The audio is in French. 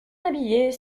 habillés